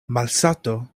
malsato